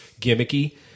gimmicky